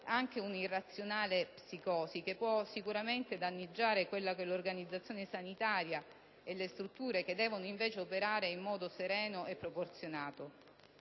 anche un'irrazionale psicosi, che può sicuramente danneggiare l'organizzazione sanitaria e le strutture che devono, invece, operare in modo sereno e proporzionato.